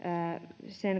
sen